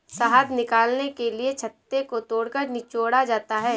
शहद निकालने के लिए छत्ते को तोड़कर निचोड़ा जाता है